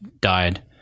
died